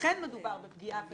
שאכן מדובר בפגיעה כזו,